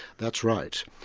that's right.